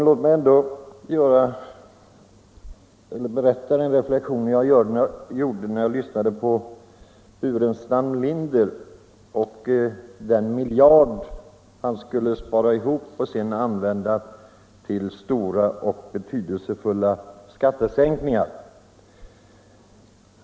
Låt mig ändå berätta om den reflexion jag gjorde när jag lyssnade på herr Burenstam Linder, som skulle spara ihop en miljard och sedan använda den till stora och betydelsefulla skattesänkningar.